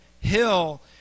hill